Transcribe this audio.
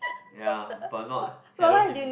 ya but not Hello Kitty